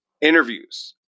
interviews